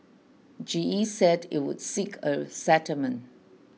G E said it would seek a settlement